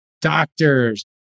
doctors